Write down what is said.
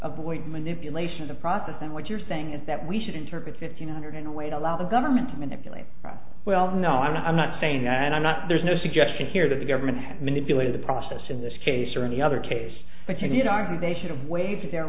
avoid manipulation of the process and what you're saying is that we should interpret fifteen hundred in a way to allow the government to manipulate well no i'm not saying that and i'm not there's no suggestion here that the government has manipulated the process in this case or any other case but you need argue they should've waive their